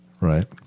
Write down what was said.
Right